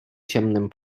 ciemnym